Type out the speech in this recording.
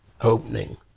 opening